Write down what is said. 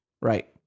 Right